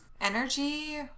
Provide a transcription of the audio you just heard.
energy